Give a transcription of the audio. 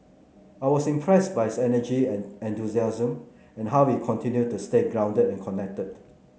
I was impressed by his energy and enthusiasm and how he continued to stay grounded and connected